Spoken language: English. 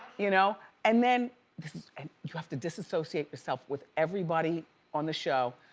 you know? and then and you have to disassociate yourself with everybody on the show,